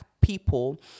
people